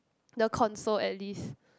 the console at least